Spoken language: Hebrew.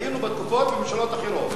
היינו בתקופות עם ממשלות אחרות.